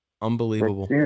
Unbelievable